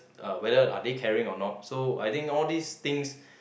uh whether are they caring or not so I think all these things